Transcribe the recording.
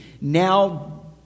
now